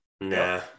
Nah